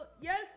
yes